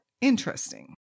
interesting